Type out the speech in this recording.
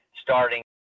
starting